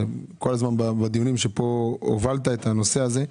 כל הזמן בדיונים שפה הובלת את הנושא הזה.